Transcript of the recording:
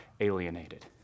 alienated